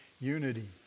unity